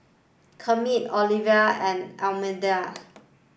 Kermit Orvil and Almedia